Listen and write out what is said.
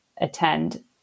attend